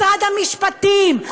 משרד המשפטים,